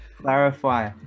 clarify